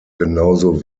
genauso